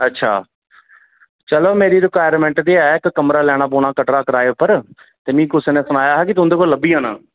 अच्छा चलो मेरी रेकुाइरेमेंट ते ऐ इक कमरा लैना पौना कटरा कराए उप्पर ते मी कुसै ने सनाया हा कि तुं'दे कोला लब्भी जाना